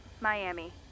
Miami